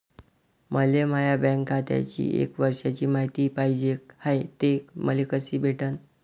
मले माया बँक खात्याची एक वर्षाची मायती पाहिजे हाय, ते मले कसी भेटनं?